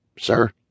Sir